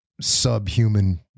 subhuman